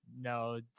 No